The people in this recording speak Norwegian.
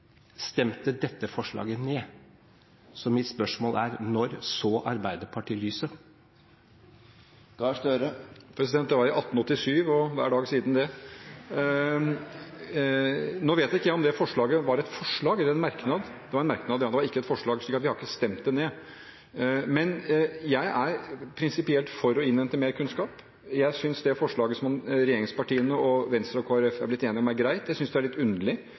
stemte dette forslaget ned. Så mitt spørsmål er: Når så Arbeiderpartiet lyset? Det var i 1887, og hver dag siden da! Var det sitatet et forslag eller en merknad? Det var en merknad. Det var en merknad, ja, og ikke et forslag. Så vi har ikke stemt det ned. Jeg er prinsipielt for å innhente mer kunnskap, og jeg synes det forslaget som regjeringspartiene, Venstre og Kristelig Folkeparti er blitt enige om, er greit. Jeg synes det er litt underlig,